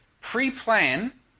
pre-plan